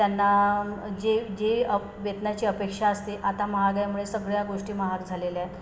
त्यांना जे जे वेतनाची अपेक्षा असते आता महागामुळे सगळ्या गोष्टी महाग झालेल्या आहेत